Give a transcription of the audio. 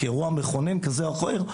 כאירוע מכונן כזה או אחר,